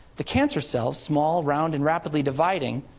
the cancer cells small, round and rapidly dividing,